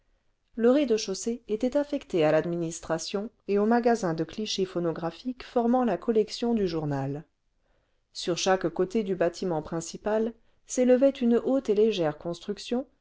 le rez-de-chaussée était affecté à l'administration et aux magasins de clichés phonographiques formant la collection du journal sur chaque côté du bâtiment principal's'élevait une haute et légère construction